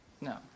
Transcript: no